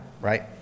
right